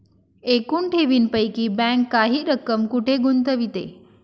एकूण ठेवींपैकी बँक काही रक्कम कुठे गुंतविते?